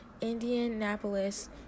Indianapolis